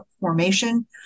formation